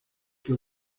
que